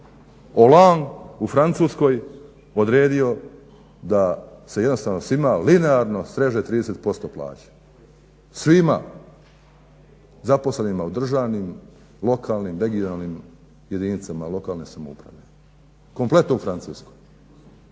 Olan u Francuskoj odredio da se jednostavno svima linearno sreže 30% plaće. Svima zaposlenima u državnim, lokalnim, regionalnim jedinicama lokalne samouprave, kompletno u Francuskoj.